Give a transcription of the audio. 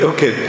Okay